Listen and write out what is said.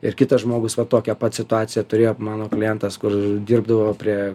ir kitas žmogus va tokią pat situaciją turėjo mano klientas kur dirbdavo prie